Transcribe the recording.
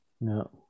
No